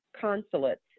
consulates